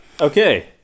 Okay